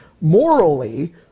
Morally